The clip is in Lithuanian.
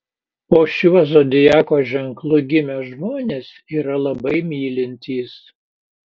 po šiuo zodiako ženklu gimę žmonės yra labai mylintys